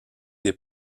des